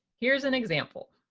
here's an example.